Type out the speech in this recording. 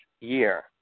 year